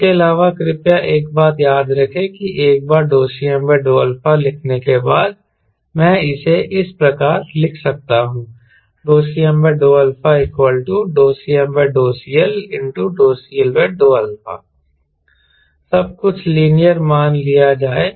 इसके अलावा कृपया एक बात याद रखें कि एक बार Cm∂α लिखने के बाद मैं इसे इस प्रकार लिख सकता हूं Cm∂αCmCLCL∂α सब कुछ लीनियर मान लिया जाए